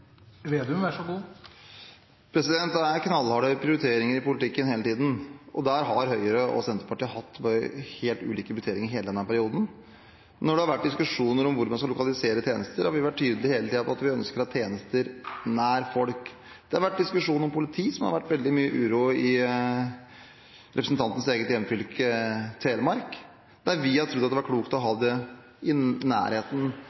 Vedum dette misforholdet mellom bodskapen sin og det han faktisk kan vise til frå regjeringa i 2005–2013? Viser ikkje dette at Senterpartiets politikk fyrst og fremst er retorikk og tomme ord? Det er knallharde prioriteringer i politikken hele tiden, og der har Høyre og Senterpartiet hatt helt ulike prioriteringer i hele denne perioden. Når det har vært diskusjoner om hvor man skal lokalisere tjenester, har vi vært tydelige hele tiden på at vi ønsker at tjenester er nær folk. Det har vært diskusjoner om politi, som har vakt veldig mye